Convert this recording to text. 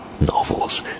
novels